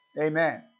Amen